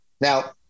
Now